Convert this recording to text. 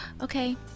Okay